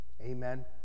Amen